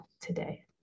today